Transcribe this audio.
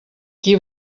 qui